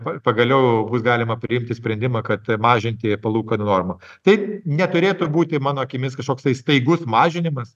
pa pagaliau bus galima priimti sprendimą kad mažinti palūkanų normą tai neturėtų būti mano akimis kažkoks tai staigus mažinimas